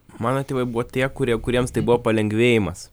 mano tėvai buvo tie kurie kuriems tai buvo palengvėjimas